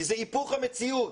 כי זה היפוך המציאות.